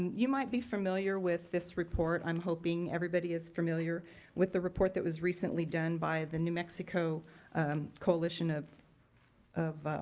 you might be familiar with this report. i'm hoping everybody is familiar with the report that was recently done by the new mexico coalition of of